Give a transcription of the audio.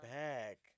back